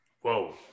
Whoa